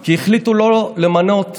כי החליטו לא למנות מנהל.